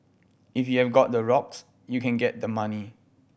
if you have e got the rocks you can get the money